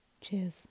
Cheers